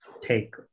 take